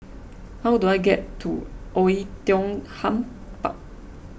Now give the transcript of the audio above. how do I get to Oei Tiong Ham Park